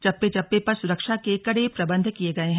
चप्पे चप्पे पर सुरक्षा के कड़े प्रबंध किए गए हैं